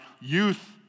youth